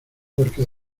porque